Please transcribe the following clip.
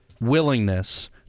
willingness